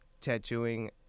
tattooing